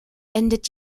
endet